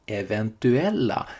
eventuella